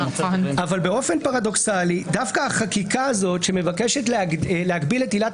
אבל באופן פרדוקסלי דווקא החקיקה הזאת שמבקשת להגביל את עילת